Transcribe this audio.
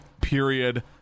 period